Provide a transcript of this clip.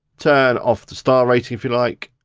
turn off the star rating if you like.